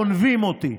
גונבים אותי.